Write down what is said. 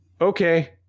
Okay